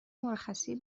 مرخصی